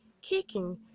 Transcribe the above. kicking